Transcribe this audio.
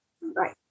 Right